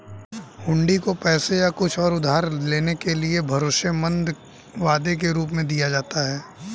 हुंडी को पैसे या कुछ और उधार लेने के एक भरोसेमंद वादे के रूप में दिया जाता है